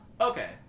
okay